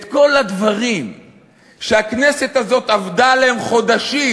את כל הדברים שהכנסת הזאת עבדה עליהם חודשים,